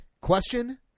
Question